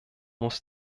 muss